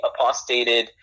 apostated